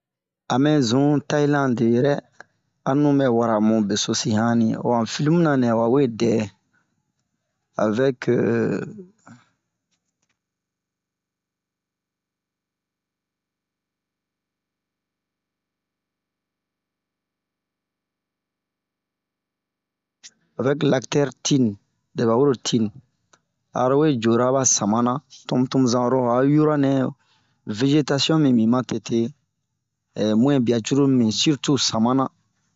A Mɛɛ zunh Tayilandi yirɛ, anuh bɛ wurahan beso sina ,bon han filimu ra nɛ wawe dɛɛ, avɛke..........avɛk laktɛre Tim.Lɛ wa welo Tim, aro w yorba sama na ,domke to ho zan'obara yura nɛɛh, vezetasiɔ minri matete.mɛnbia cururu minbin siritu samana.